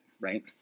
right